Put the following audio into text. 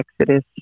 Exodus